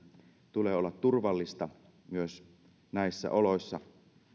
tulee olla turvallista myös näissä oloissa